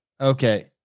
Okay